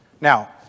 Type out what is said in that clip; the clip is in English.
Now